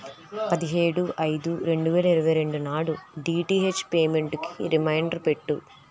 పదిహేడు ఐదు రెండు వేల ఇరవై రెండు నాడు డిటిహెచ్ పేమెంటుకి రిమైండర్ పెట్టు